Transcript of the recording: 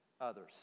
others